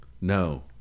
No